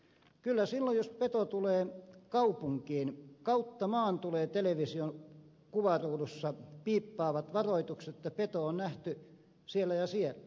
kyllä silloin jos peto tulee kaupunkiin kautta maan tulevat television kuvaruudussa piippaavat varoitukset että peto on nähty siellä ja siellä